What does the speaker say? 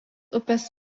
upės